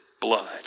blood